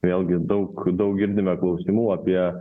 vėlgi daug daug girdime klausimų apie